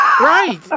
Right